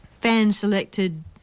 fan-selected